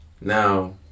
Now